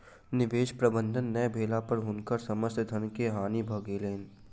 निवेश प्रबंधन नै भेला पर हुनकर समस्त धन के हानि भ गेलैन